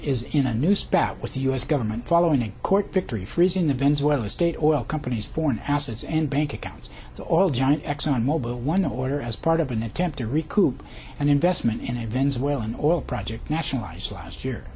is in a new spat with the us government following a court victory freezing the venezuela's state oil company's foreign assets and bank accounts the oil giant exxon mobil one order as part of an attempt to recoup an investment in a venezuelan oil project nationalized last year